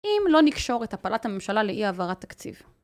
אם לא נקשור את הפלת הממשלה לאי-העברת תקציב.